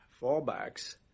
fallbacks